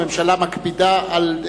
הממשלה מקפידה על,